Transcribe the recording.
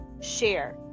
share